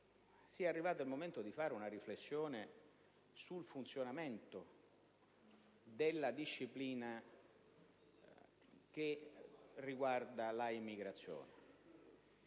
sia arrivato il momento di fare una riflessione sul funzionamento della disciplina che riguarda l'immigrazione